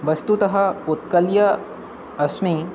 वस्तुतः उत्कलः अस्मि